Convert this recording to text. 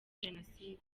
jenoside